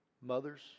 mothers